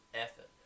effort